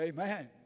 Amen